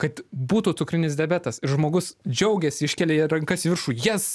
kad būtų cukrinis diabetas ir žmogus džiaugiasi iškėlė rankas į viršų jės